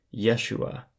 Yeshua